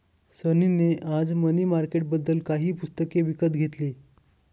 सनी ने आज मनी मार्केटबद्दल काही पुस्तके विकत घेतली